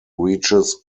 reaches